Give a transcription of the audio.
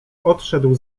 odszedł